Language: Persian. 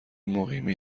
مقیمی